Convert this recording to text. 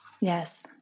Yes